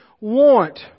want